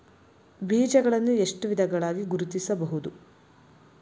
ಬೀಜಗಳನ್ನು ಎಷ್ಟು ವಿಧಗಳಾಗಿ ಗುರುತಿಸಬಹುದು?